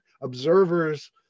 observers